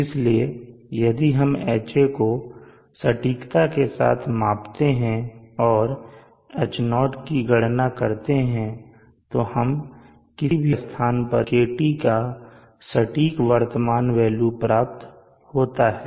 इसलिए यदि हम Ha को सटीकता के साथ मापते हैं और Ho की गणना करते हैं तो हमें किसी भी स्थान पर KT का सटीक वर्तमान वेल्यू प्राप्त होता है